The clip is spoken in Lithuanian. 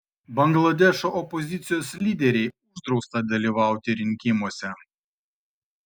bangladešo opozicijos lyderei uždrausta dalyvauti rinkimuose